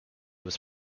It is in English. was